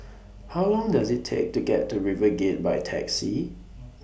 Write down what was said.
How Long Does IT Take to get to RiverGate By Taxi